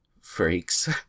freaks